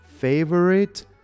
favorite